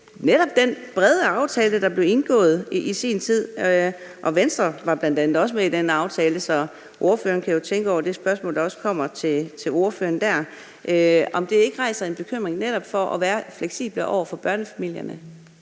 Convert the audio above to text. netop den brede aftale, der blev indgået i sin tid. Venstre var bl.a. også med i den aftale, så Venstres ordfører kan jo tænke over det spørgsmål, der også kommer til ordføreren dér. Rejser det ikke en bekymring, netop i forhold til at være fleksible over for børnefamilierne?